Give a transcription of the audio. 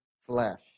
flesh